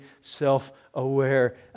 self-aware